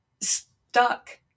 stuck